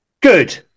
Good